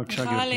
בבקשה, גברתי.